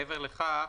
מעבר לכך,